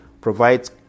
provides